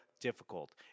difficult